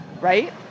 right